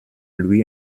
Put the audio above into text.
lui